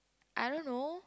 I don't know